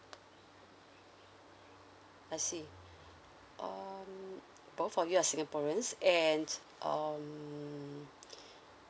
I see um both of you are singaporeans and um